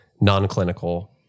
non-clinical